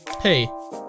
Hey